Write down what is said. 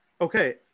Okay